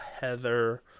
heather